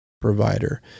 provider